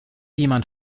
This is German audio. jemand